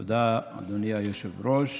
תודה, אדוני היושב-ראש.